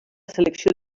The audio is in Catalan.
selecció